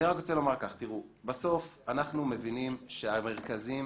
בסוף אנחנו מבינים שהמרכזים